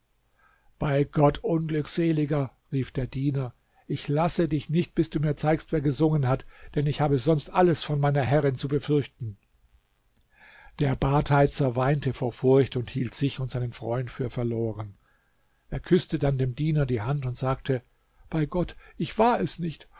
bei gott unglückseliger rief der diener ich lasse dich nicht bis du mir zeigst wer gesungen hat denn ich habe sonst alles von meiner herrin zu befürchten der badheizer weinte vor furcht und hielt sich und seinen freund für verloren er küßte dann dem diener die hand und sagte bei gott ich war es nicht